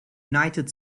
united